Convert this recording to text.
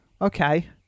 Okay